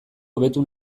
hobetu